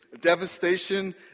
Devastation